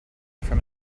from